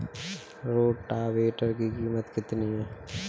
Rotavator की कीमत कितनी है?